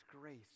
grace